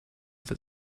that